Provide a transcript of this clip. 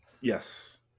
yes